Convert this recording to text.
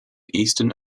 eastern